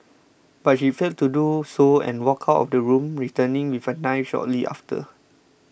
but she failed to do so and walked out of the room returning with a knife shortly after